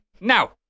now